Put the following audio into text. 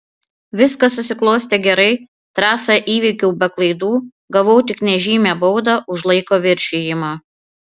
viskas susiklostė gerai trasą įveikiau be klaidų gavau tik nežymią baudą už laiko viršijimą